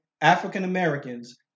African-Americans